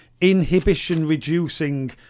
inhibition-reducing